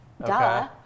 Duh